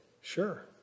Sure